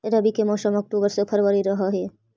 रब्बी के मौसम अक्टूबर से फ़रवरी रह हे